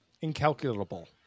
incalculable